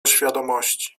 świadomości